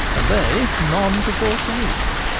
and they none to forsake.